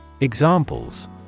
Examples